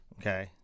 Okay